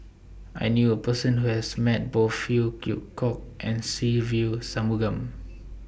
I knew A Person Who has Met Both Phey Yew Kok and Se Ve Shanmugam